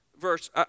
verse